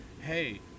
hey